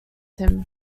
him